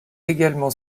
également